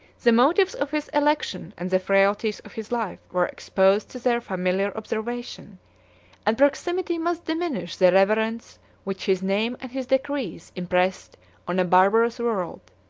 the motives of his election and the frailties of his life were exposed to their familiar observation and proximity must diminish the reverence which his name and his decrees impressed on a barbarous world.